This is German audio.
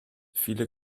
viele